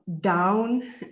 down